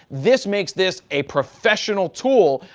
this makes this a professional tool.